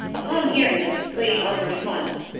upon hearing this, lady ongar smiled.